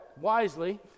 wisely